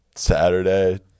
Saturday